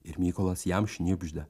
ir mykolas jam šnibžda